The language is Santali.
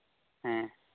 ᱦᱮᱸ